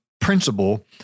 principle